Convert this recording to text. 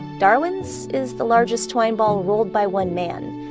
darwin's is the largest twine ball rolled by one man.